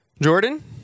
jordan